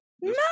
No